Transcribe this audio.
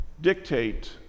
dictate